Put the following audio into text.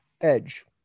Edge